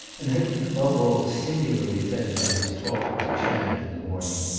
and had been above all singularly fed by his talk with chad in the morning.